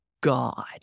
god